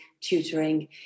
tutoring